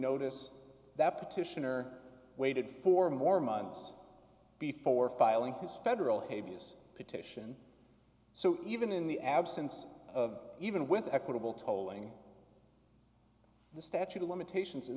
notice that petitioner waited four more months before filing his federal hades petition so even in the absence of even with equitable tolling the statute of limitations in